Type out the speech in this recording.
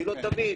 שלא תבין.